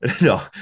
No